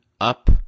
up